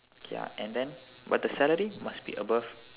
ya and then but the salary must be above